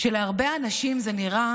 שלהרבה אנשים זה נראה